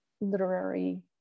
literary